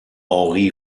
henri